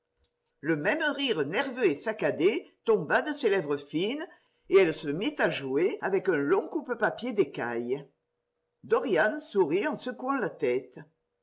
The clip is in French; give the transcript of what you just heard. le même rire nerveux et saccadé tomba de ses lèvres fines et elle se mit à jouer avec un long coupe papier d'écaille dorian sourit en secouant la tête